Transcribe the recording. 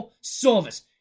service